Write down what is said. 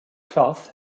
cloth